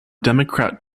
democrat